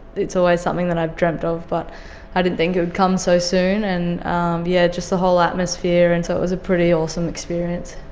it's always something that i've dreamt of but i didn't think it would come so soon. and yeah just the whole atmosphere, and so it was a pretty awesome experience.